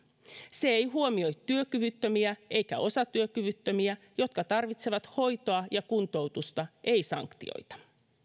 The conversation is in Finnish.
se ei huomioi työkyvyttömiä eikä osatyökyvyttömiä jotka tarvitsevat hoitoa ja kuntoutusta eivät sanktioita